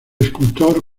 escultor